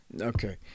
okay